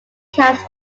caps